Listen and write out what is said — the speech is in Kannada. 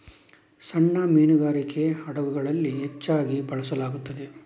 ಸಣ್ಣ ಮೀನುಗಾರಿಕೆ ಹಡಗುಗಳಲ್ಲಿ ಹೆಚ್ಚಾಗಿ ಬಳಸಲಾಗುತ್ತದೆ